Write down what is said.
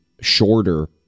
shorter